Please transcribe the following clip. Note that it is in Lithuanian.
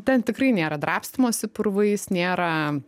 ten tikrai nėra drabstymosi purvais nėra